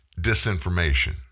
disinformation